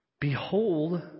Behold